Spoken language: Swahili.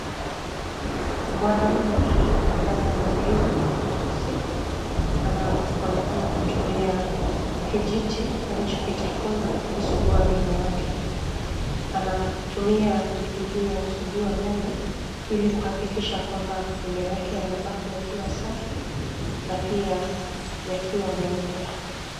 Mwanaume ambaye ana ndevu nyeusi anaonekana kutumia kijiti alichokitafuna kusugua meno yake. Anatumia mbinu hii ya kusugua meno ili kuhakikisha kwamba meno yake yanabaki yakiwa safi na pia yakiwa meupe.